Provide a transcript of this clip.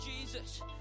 Jesus